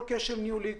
כל כשל ניהולי,